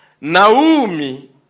Naomi